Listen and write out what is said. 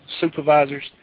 supervisors